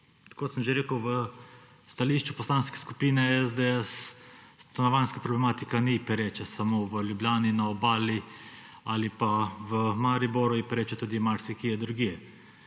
Kot sem že rekel, v stališču Poslanske skupine SDS stanovanjska problematika ni pereča samo v Ljubljani, na Obali ali pa v Mariboru, je pereča tudi marsikje drugje.